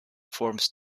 forms